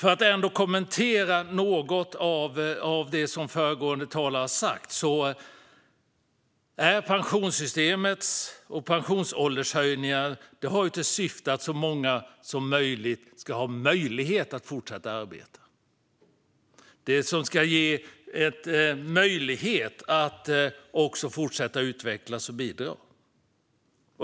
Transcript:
Jag ska kommentera något av det som föregående talare har sagt. Höjningarna av pensionsåldern inom pensionssystemet har till syfte att så många som möjligt ska kunna fortsätta att arbeta, utvecklas och bidra.